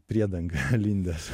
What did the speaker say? priedangą lindęs